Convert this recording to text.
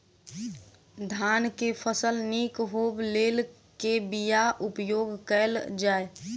धान केँ फसल निक होब लेल केँ बीया उपयोग कैल जाय?